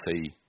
see